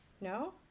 No